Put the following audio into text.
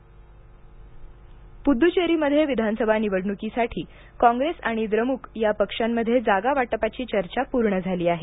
पुदुच्चेरी निवडणूक पुदुच्चेरीमध्ये विधानसभा निवडणुकीसाठी कॉंग्रेस आणि द्रमुक या पक्षांमध्ये जागावाटपाची चर्चा पूर्ण झाली आहे